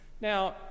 Now